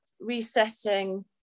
resetting